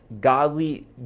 godly